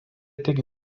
tik